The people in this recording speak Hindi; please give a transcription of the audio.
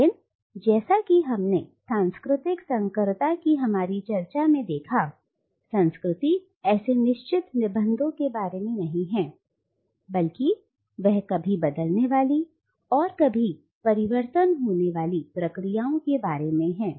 लेकिन जैसा कि हमने सांस्कृतिक संकरता कि हमारी चर्चा में देखा संस्कृति ऐसे निश्चित निबंधों के बारे में नहीं है बल्कि वह कभी बदलने वाली और कभी परिवर्तन होने वाली प्रक्रियाओं के बारे में है